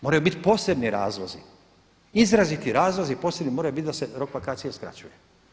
Moraju biti posebni razlozi, izraziti razlog, posebni moraju biti da se rok vakacije skraćuje.